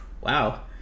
wow